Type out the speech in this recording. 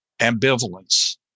ambivalence